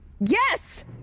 Yes